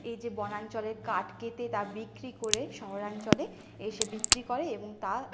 এই যে বনাঞ্চলের কাঠ কেটে তা বিক্রি করে শহরাঞ্চলে এসে বিক্রি করে এবং তা